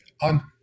on